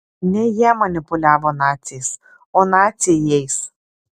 ne jie manipuliavo naciais o naciai jais